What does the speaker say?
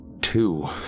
Two